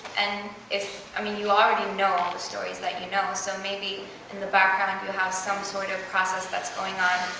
and, i mean, you already know the stories that you know. so maybe in the background you have some sort of process that's going on,